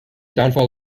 downfall